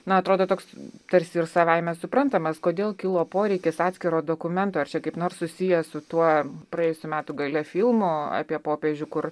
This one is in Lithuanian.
na atrodo toks tarsi ir savaime suprantamas kodėl kilo poreikis atskiro dokumento ar čia kaip nors susiję su tuo praėjusių metų gale filmu apie popiežių kur